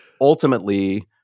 ultimately